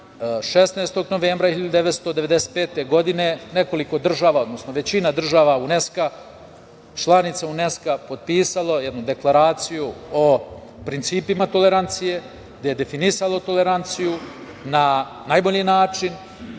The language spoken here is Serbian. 16. novembra 1995. godine nekoliko država, odnosno većina država UNESKA, članica UNESKA potpisalo jednu deklaraciju o principima tolerancije gde je definisana tolerancija na najbolji način